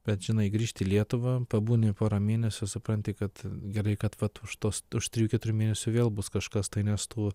bet žinai grįžti į lietuvą pabūni pora mėnesių supranti kad gerai kad vat už tos už trijų keturių mėnesių vėl bus kažkas tai nes tu